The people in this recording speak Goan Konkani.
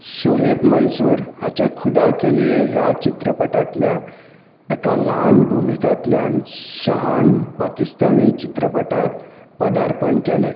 शोएब मंसूर हाच्या खुदा के लिए ह्या चित्रपटांतल्या एका ल्हान भुमीकांतल्यान शहान पाकिस्तानी चित्रपटांत पदार्पण केलें